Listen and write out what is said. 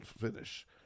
finish